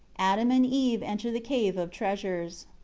adam and eve enter the cave of treasures.